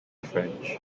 french